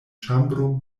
ĉambro